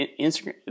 Instagram